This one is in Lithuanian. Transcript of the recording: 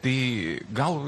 tai gal